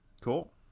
Cool